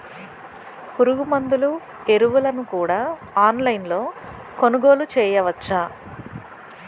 పురుగుమందులు ఎరువులను కూడా ఆన్లైన్ లొ కొనుగోలు చేయవచ్చా?